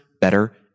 better